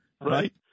Right